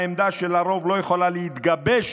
העמדה של הרוב לא יכולה להתגבש